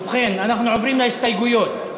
ובכן, אנחנו עוברים להסתייגויות.